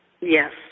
Yes